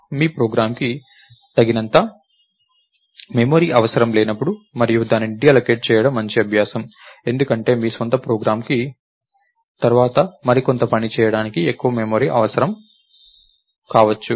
మీ ప్రోగ్రామ్కు కొంత మెమరీ అవసరం లేనప్పుడు మరియు దానిని డీఅల్లోకేట్ చేయడం మంచి అభ్యాసం ఎందుకంటే మీ స్వంత ప్రోగ్రామ్కు తర్వాత మరికొంత పని చేయడానికి ఎక్కువ మెమరీ అవసరం కావచ్చు